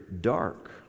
dark